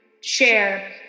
share